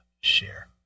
share